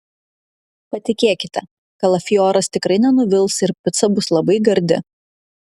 patikėkite kalafioras tikrai nenuvils ir pica bus labai gardi